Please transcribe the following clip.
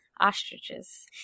Ostriches